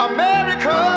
America